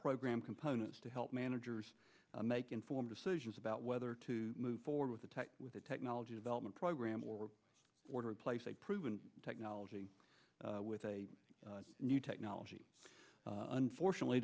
program components to help managers make informed decisions about whether to move forward with a tight with the technology development program or order to place a proven technology with a new technology unfortunately